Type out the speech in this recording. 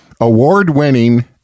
award-winning